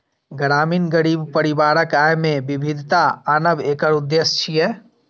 ग्रामीण गरीब परिवारक आय मे विविधता आनब एकर उद्देश्य छियै